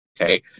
okay